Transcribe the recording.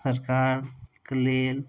सरकारके लेल